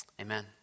Amen